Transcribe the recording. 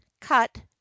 cut